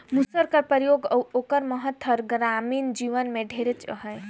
मूसर कर परियोग अउ ओकर महत हर गरामीन जीवन में ढेरेच अहे